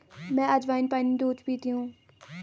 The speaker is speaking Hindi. मैं अज्वाइन पानी रोज़ पीती हूँ